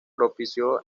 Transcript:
propició